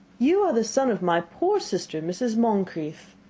you are the son of my poor sister, mrs. moncrieff,